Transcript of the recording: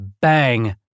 Bang